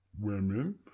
women